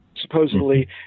supposedly